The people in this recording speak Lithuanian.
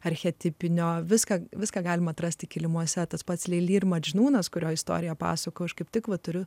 archetipinio viską viską galima atrasti kilimuose tas pats lilyje ir maldžiūnas kurio istorija pasakoja kaip tik va turiu